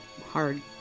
hard